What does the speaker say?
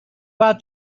bought